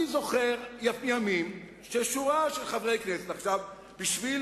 אני זוכר ימים ששורה של חברי כנסת, בשביל